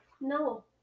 No